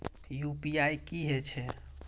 UPI की हेछे?